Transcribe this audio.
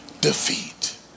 defeat